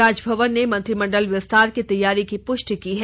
राजभवन ने मंत्रिमंडल विस्तार की तैयारी की पुष्टि की है